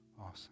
Awesome